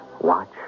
watch